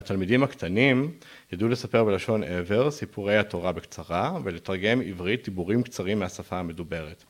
התלמידים הקטנים ידעו לספר בלשון עבר סיפורי התורה בקצרה ולתרגם עברית דיבורים קצרים מהשפה המדוברת.